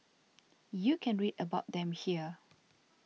you can read about them here